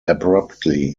abruptly